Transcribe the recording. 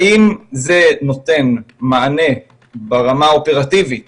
האם זה נותן מענה ברמה האופרטיבית